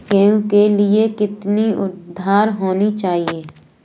गेहूँ के लिए कितनी आद्रता होनी चाहिए?